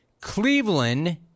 Cleveland